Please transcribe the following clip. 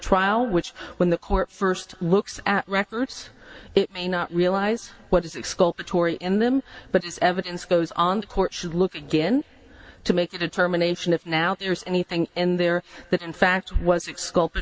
trial which when the court first looks at records it may not realize what is the tory in them but it's evidence goes on court should look again to make a determination if now there's anything in there that in fact was exculp